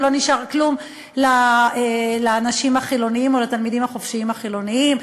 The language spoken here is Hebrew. ולא נשאר כלום לאנשים החילונים או לתלמידים החופשיים החילונים,